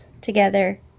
together